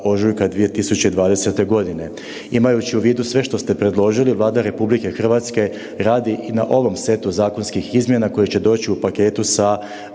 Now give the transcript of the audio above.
ožujka 2020. godine. Imajući u vidu sve što ste predložili Vlada RH radi i na ovom setu zakonskih izmjena koje će doći u paketu sa